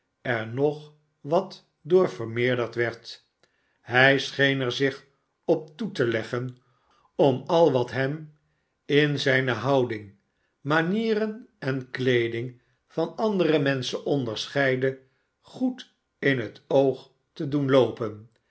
er nog wat door vermeerderd werd hij scheen er zich op toe te leggen om al wat hem in zijne houding manieren en kleeding van andere menschen onderscheidde goed in het oog te doen loopen